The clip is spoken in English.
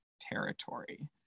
territory